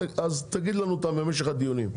אז תגיד לנו אותם במשך הדיונים.